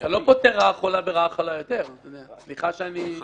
זו סוגיה שמצריכה דיון בפני עצמה.